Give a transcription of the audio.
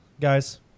guys